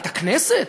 את הכנסת?